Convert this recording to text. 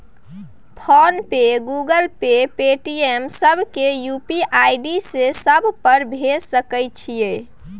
Phone पे, Google pay, Paytm, सब के UPI से सब पर भेज सके छीयै?